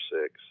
six